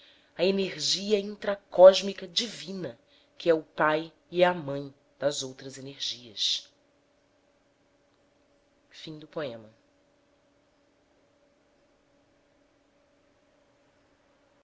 a energia intracósmica divina que é o pai e é a mãe das outras energias